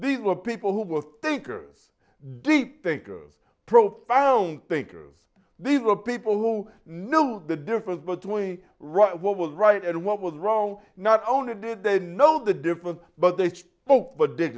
these were people who were thinkers deep thinkers profound thinkers they were people who know the difference between right what was right and what was wrong not only did they know the difference but they spoke but did